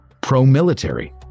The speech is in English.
pro-military